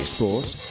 Sports